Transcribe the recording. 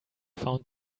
found